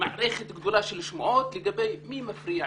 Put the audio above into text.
מערכת גדולה של שמועות לגבי מי מפריע,